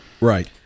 Right